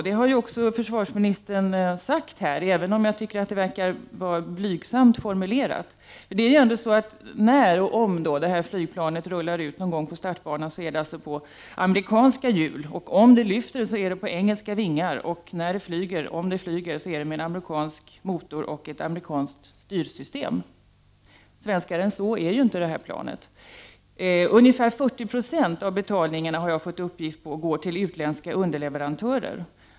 Det har också försvarsministern sagt, även om jag tycker att det verkar vara blygsamt formulerat. När och om detta flygplan rullar ut på startbanan sker det på amerikanska hjul. Om det lyfter är det på engelska vingar. När det flyger, om det flyger, är det med en amerikansk motor och ett amerikanskt styrsystem. Svenskare än så är inte det här planet. Ungefär 40 96 av betalningarna, har jag fått uppgift om, går till utländska underleverantörer.